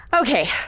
Okay